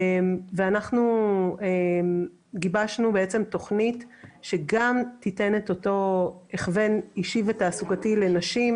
אנחנו גיבשנו תכנית שגם תיתן את אותו הכוון אישי ותעסוקתי לנשים,